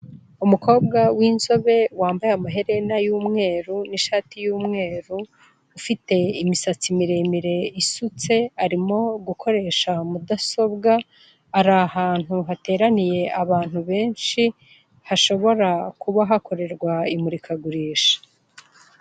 Umukobwa w'inzobe, wambaye amaherena y'umweru, n'ishati y'umweru, ufite imisatsi miremire isutse, arimo gukoresha mudasobwa, ari ahantu hateraniye abantu benshi, hashobora kuba hakorerwa imurikagurisha.